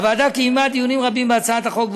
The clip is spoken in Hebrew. הוועדה קיימה דיונים רבים בהצעת החוק,